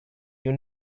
you